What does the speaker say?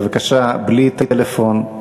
בבקשה בלי טלפון.